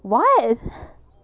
what